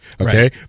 Okay